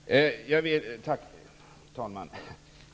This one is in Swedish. Herr talman!